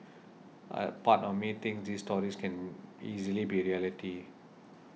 a part of me thinks these stories can easily be reality